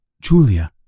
Julia